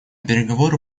переговоры